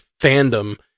fandom